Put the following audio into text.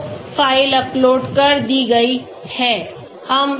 तो file upload कर दी गई है